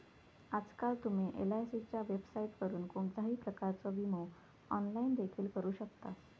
आजकाल तुम्ही एलआयसीच्या वेबसाइटवरून कोणत्याही प्रकारचो विमो ऑनलाइन देखील करू शकतास